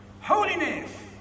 holiness